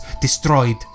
destroyed